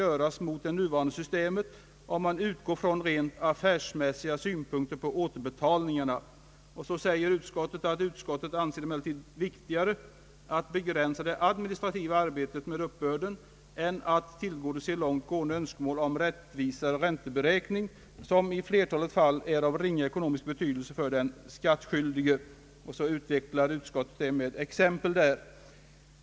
göras mot det nuvarande systemet, om man utgår från rent affärsmässiga: synpunkter på återbetalningarna. "Utskottet anser :emellertid viktigare att begränsa det administrativa arbetet med uppbörden än att tillgodose långt gående önskemål om rättvisare ränteberäkning, som i flertalet fall är av ringa ekonomisk betydelse för den skattskyldige.» Detta utvecklas av utskottet med exempel.